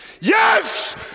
Yes